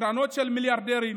קרנות של מיליארדרים,